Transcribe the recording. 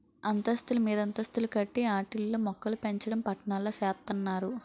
అంతస్తులు మీదంతస్తులు కట్టి ఆటిల్లో మోక్కలుపెంచడం పట్నాల్లో సేత్తన్నారు